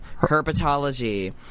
herpetology